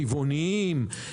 צבעוניים,